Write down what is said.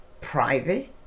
Private